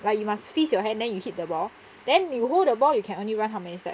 like you must fist your hand then you hit the ball then you hold the ball you can only run how many step